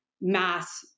mass